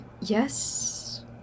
Yes